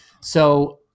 So-